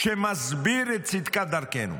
שמסביר את צדקת דרכנו?